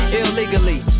illegally